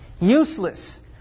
Useless